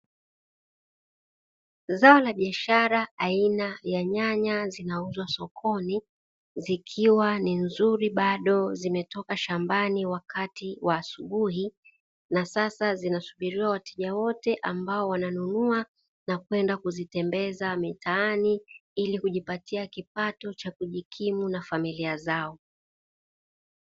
Zao la biashara aina ya nyanya zinauzwa sokoni zikiwa ni nzuri bado zimetoka shambani wakati wa asubuhi, na sasa zinasubiria wateja wote ambao wananunua na kwenda kuzitembeza mitaani ili kujipatia kipato cha kujikimu na familia zao.